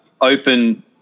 open